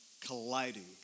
colliding